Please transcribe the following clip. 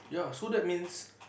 ya so that means